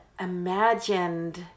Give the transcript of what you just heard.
imagined